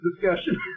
discussion